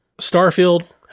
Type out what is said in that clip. Starfield